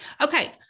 Okay